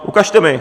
Ukažte mi.